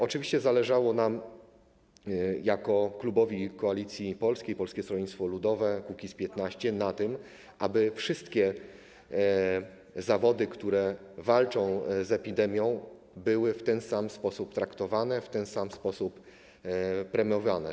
Oczywiście zależało nam jako klubowi Koalicja Polska - Polskie Stronnictwo Ludowe - Kukiz15 na tym, aby wszystkie zawody, które walczą z epidemią, były w ten sam sposób traktowane, w ten sam sposób premiowane.